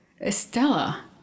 Estella